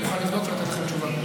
אני מוכן לבדוק ולתת לכם תשובה.